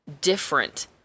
different